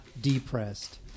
depressed